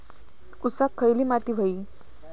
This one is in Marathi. ऊसाक खयली माती व्हयी?